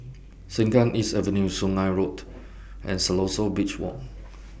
Sengkang East Avenue Sungei Road and Siloso Beach Walk